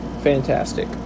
Fantastic